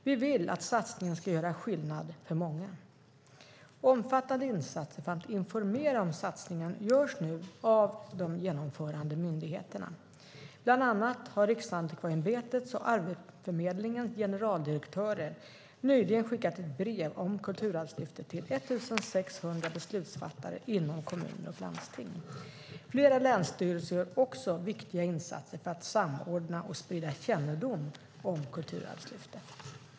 Vi vill att satsningen ska göra skillnad för många. Omfattande insatser för att informera om satsningen görs nu av de genomförande myndigheterna. Bland annat har Riksantikvarieämbetets och Arbetsförmedlingens generaldirektörer nyligen skickat ett brev om Kulturarvslyftet till 1 600 beslutsfattare inom kommuner och landsting. Flera länsstyrelser gör också viktiga insatser för att samordna och sprida kännedom om Kulturarvslyftet.